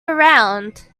around